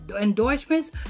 endorsements